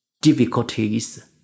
Difficulties